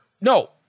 No